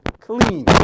clean